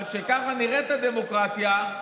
אבל כשכך נראית הדמוקרטיה,